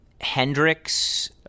Hendricks